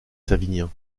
savinien